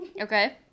okay